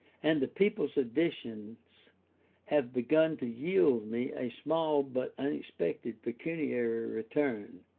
and the people's editions have begun to yield me a small but unexpected pecuniary return,